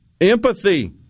empathy